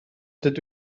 dydw